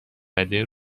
بده